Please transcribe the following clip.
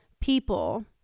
people